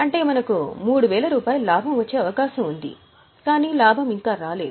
అంటే మనకు 3000 రూపాయల లాభం వచ్చే అవకాశం ఉంది కాని లాభం ఇంకా అవాస్తవంగా ఉంది